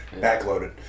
back-loaded